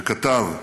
וכתב: